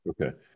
Okay